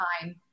time